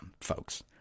folks